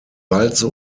walze